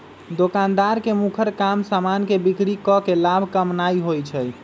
दोकानदार के मुखर काम समान के बिक्री कऽ के लाभ कमानाइ होइ छइ